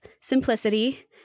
simplicity